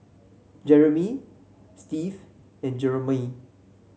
Jerimy Steve and Jeramie